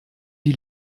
die